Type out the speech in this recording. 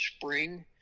spring